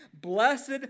blessed